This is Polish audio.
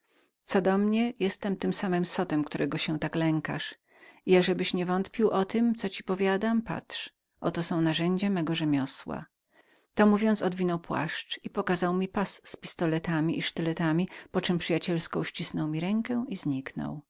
co do mnie jestem tym samym zotem którego się tak lękaczlękasz i ażebyś niewątpił o tem co ci powiadam patrz oto są narzędzia mego rzemiosła to mówiąc odwinął płaszcz i pokazał mi pas z pistoletami i sztyletami poczem przyjacielsko uścisnął mi rękę i zniknął